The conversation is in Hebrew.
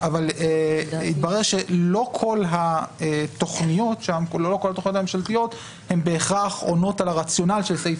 התברר שלא כל התוכניות הממשלתיות עונות בהכרח על הרציונל של סעיף